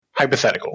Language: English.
Hypotheticals